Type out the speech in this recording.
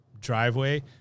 driveway